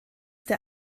der